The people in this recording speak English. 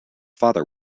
father